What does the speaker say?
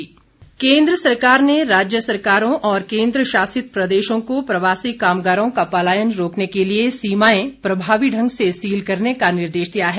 मंत्रालय निर्देश केन्द्र सरकार ने राज्य सरकारों और केन्द्र शासित प्रदेशों को प्रवासी कामगारों का पलायन रोकने के लिए सीमाएं प्रभावी ढंग से सील करने का निर्देश दिया है